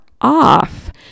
off